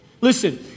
Listen